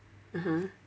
(uh huh)